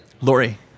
Lori